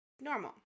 normal